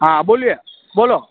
હા બોલિયે બોલો